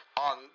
on